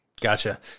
Gotcha